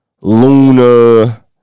Luna